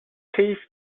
teeth